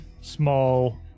small